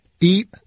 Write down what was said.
Eat